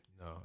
No